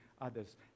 others